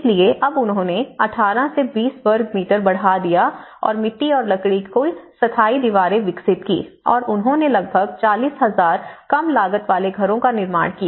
इसलिए अब उन्होंने 18 से 20 वर्ग मीटर बढ़ा दिया और मिट्टी और लकड़ी की स्थायी दीवारें विकसित की और उन्होंने लगभग 40000 कम लागत वाले घरों का निर्माण किया